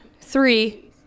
three